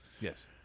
Yes